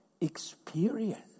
experience